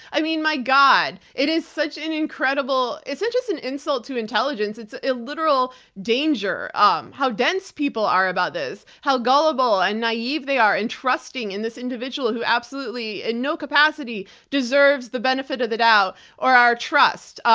i mean, my god. it is such an incredible, it's just an insult to intelligence, it's a literal danger um how dense people are about this, how gullible and naive they are and trusting in this individual who absolutely in no capacity deserves the benefit of the doubt or our trust.